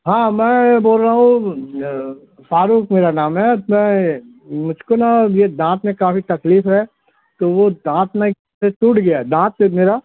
ہاں میں بول رہا ہوں شاہ رخ میرا نام ہے میں مجھ کو نا یہ دانت میں کافی تکلیف ہے تو وہ دانت نا ٹوٹ گیا دانت صرف میرا